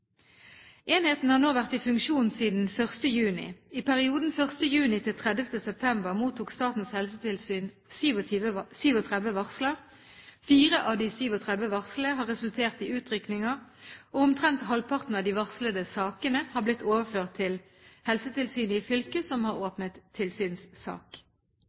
Enheten har nå vært i funksjon siden 1. juni. I perioden fra 1. juni til 30. september mottok Statens helsetilsyn 37 varsler. Fire av de 37 varslene har resultert i utrykninger, og omtrent halvparten av de varslede sakene har blitt overført til Helsetilsynet i fylket som har åpnet tilsynssak.